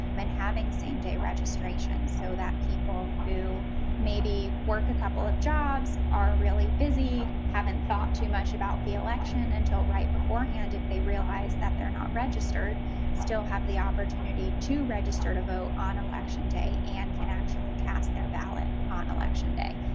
then having same day registration, so that people who maybe work a couple of jobs, are really busy, haven't thought too much about the election until right beforehand, if they realize that they're not registered still have the opportunity to register to vote on election day and can actually cast their ballot on election day.